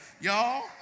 Y'all